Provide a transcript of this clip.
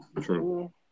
True